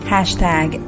Hashtag